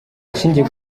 ashingiye